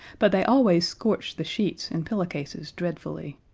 but they always scorched the sheets and pillowcases dreadfully.